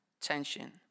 tension